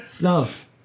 love